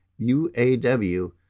UAW